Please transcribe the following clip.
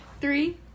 Three